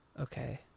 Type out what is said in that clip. okay